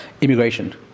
immigration